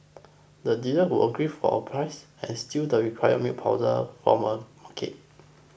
the dealer would agree to a price then steal the required milk powder from a supermarket